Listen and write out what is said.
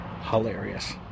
hilarious